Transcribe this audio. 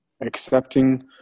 accepting